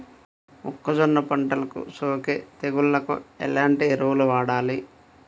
మొక్కజొన్న పంటలకు సోకే తెగుళ్లకు ఎలాంటి ఎరువులు వాడాలి?